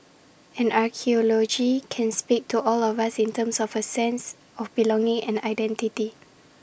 and archaeology can speak to all of us in terms of A sense of belonging and identity